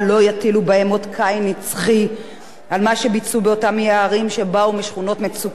על מה שביצעו אותם נערים שבאו משכונות מצוקה ומרקע חברתי קשה ומורכב.